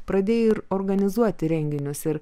pradėjai ir organizuoti renginius ir